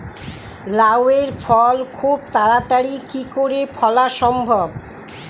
লাউ এর ফল খুব তাড়াতাড়ি কি করে ফলা সম্ভব?